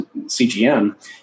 CGM